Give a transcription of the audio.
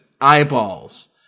eyeballs